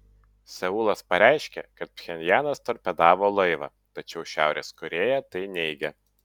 seulas pareiškė kad pchenjanas torpedavo laivą tačiau šiaurės korėja tai neigia